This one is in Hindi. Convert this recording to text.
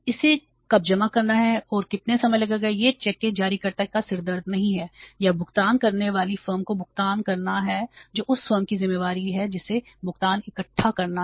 इसे कब जमा करना है और कितना समय लगेगा यह चेक के जारीकर्ता का सिरदर्द नहीं है या भुगतान करने वाली फर्म को भुगतान करना है जो उस फर्म की जिम्मेदारी है जिसे भुगतान इकट्ठा करना है